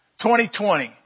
2020